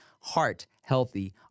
heart-healthy